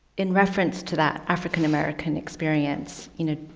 in reference to that african american experience, you know,